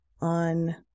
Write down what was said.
on